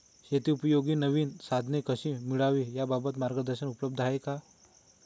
शेतीउपयोगी नवीन साधने कशी मिळवावी याबाबत मार्गदर्शन उपलब्ध आहे का?